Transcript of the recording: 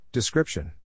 Description